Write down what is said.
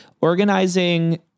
Organizing